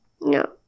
No